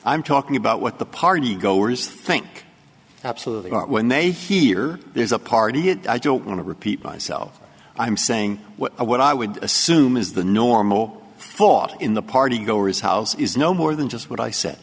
i'm talking about what the party goers think absolutely when they hear there's a party i don't want to repeat myself i'm saying what i would assume is the normal thought in the party goers house is no more than just what i said